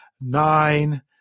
nine